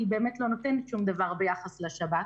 כי היא באמת לא נותנת שום דבר ביחס לשב"כ.